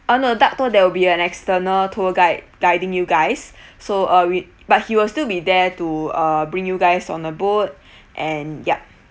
uh no duck tour there will be an external tour guide guiding you guys so uh we but he will still be there to uh bring you guys on a boat and ya